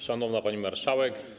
Szanowna Pani Marszałek!